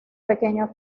pequeño